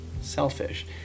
selfish